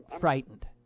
frightened